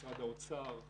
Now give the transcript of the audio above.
משרד האוצר,